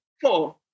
Four